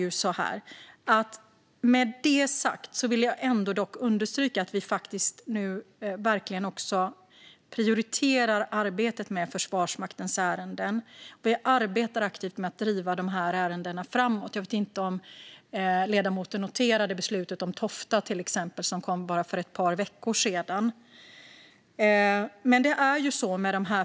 Jag vill dock understryka att vi nu verkligen prioriterar arbetet med Försvarsmaktens ärenden. Vi arbetar aktivt med att driva dessa ärenden framåt. Jag vet inte om ledamoten noterade beslutet om Tofta som kom för bara ett par veckor sedan.